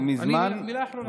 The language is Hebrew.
מילה אחרונה.